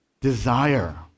desire